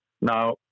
Now